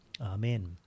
Amen